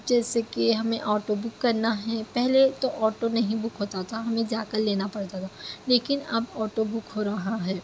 جیسے کہ ہمیں آٹو بک کرنا ہے پہلے تو آٹو نہیں بک ہوتا تھا ہمیں جا کر لینا پڑتا تھا لیکن اب آٹو بک ہو رہا ہے